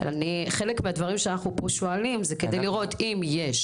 חלק מהדברים שאנחנו שואלים פה זה כדי לראות שיש